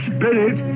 Spirit